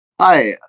hi